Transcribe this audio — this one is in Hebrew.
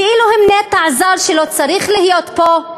כאילו הם נטע זר שלא צריך להיות פה,